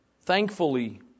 Thankfully